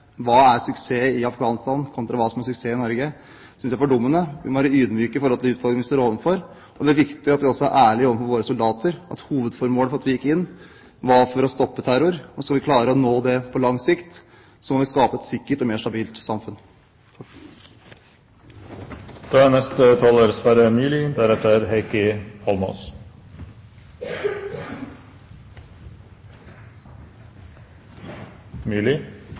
hva som er suksess i Afghanistan kontra hva som er suksess i Norge, synes jeg er fordummende. Vi må være ydmyke i forhold til de utfordringene vi står overfor. Det er viktig at vi også er ærlige overfor våre soldater, om at hovedformålet med at vi gikk inn, var å stoppe terror. Skal vi klare det på lang sikt, må vi skape et sikkert og mer stabilt samfunn.